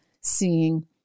seeing